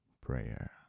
prayer